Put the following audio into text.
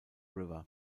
river